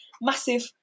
massive